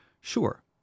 Sure